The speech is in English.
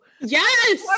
Yes